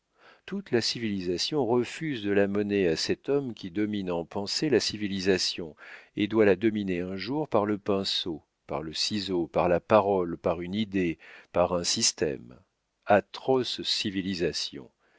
toute la civilisation refuse de la monnaie à cet homme qui domine en pensée la civilisation et doit la dominer un jour par le pinceau par le ciseau par la parole par une idée par un système atroce civilisation